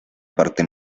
parte